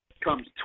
Comes